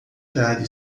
horário